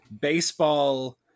baseball